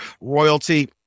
royalty